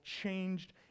changed